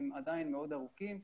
עדיין מאוד ארוכים.